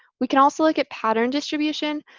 we can also look at pattern distribution.